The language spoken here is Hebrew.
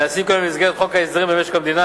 הנעשים כיום במסגרת חוק ההסדרים במשק המדינה.